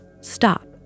stop